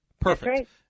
perfect